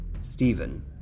Stephen